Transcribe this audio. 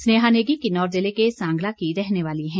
स्नेहा नेगी किन्नौर जिले के सांग्ला की रहने वाली हैं